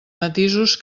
matisos